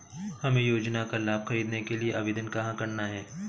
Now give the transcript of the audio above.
हमें योजना का लाभ ख़रीदने के लिए आवेदन कहाँ करना है?